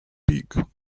pig